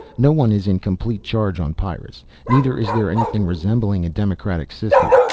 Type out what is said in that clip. no one is in complete charge on pyrrus, neither is there anything resembling a democratic system.